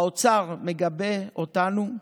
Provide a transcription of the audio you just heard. האוצר מגבה אותנו,